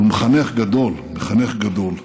אבל הוא מחנך גדול, מחנך גדול,